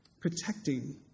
protecting